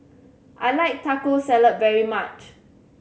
I like Taco Salad very much